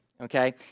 okay